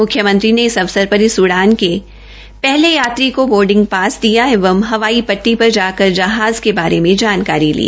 मुख्यमंत्री ने इस अवसर प्र इस उड़ान के प्रहले यात्री को बोर्डिंग ास दिया एवं हवाई ट्टी र जाकर जहाज के बारे में जानकारी ली